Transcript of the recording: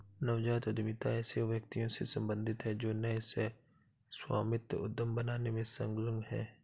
नवजात उद्यमिता ऐसे व्यक्तियों से सम्बंधित है जो नए सह स्वामित्व उद्यम बनाने में संलग्न हैं